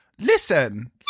listen